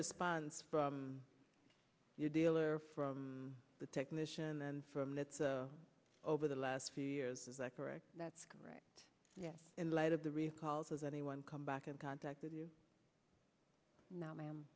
response from your dealer or from the technician then from that over the last few years is that correct that's correct yes in light of the recalls has anyone come back in contact with you now ma'am